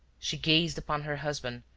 she gazed upon her husband,